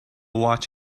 watch